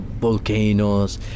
Volcanoes